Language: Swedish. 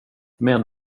män